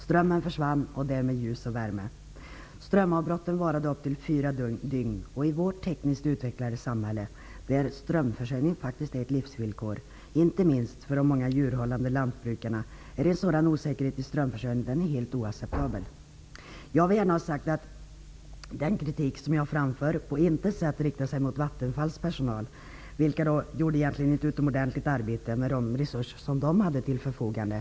Strömmen försvann och därmed ljus och värme. Strömavbrotten varade upp till fyra dygn. I vårt tekniskt utvecklade samhälle där strömförsörjning faktiskt är ett livsvillkor, inte minst för de många djurhållande lantbrukarna, är en sådan osäkerhet i strömförsörjningen helt oacceptabel. Den kritik som jag framför riktar sig på intet sätt mot Vattenfalls anställda. De gjorde ett utomordentligt arbete med de resurser som de hade till förfogande.